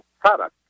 product